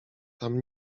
tam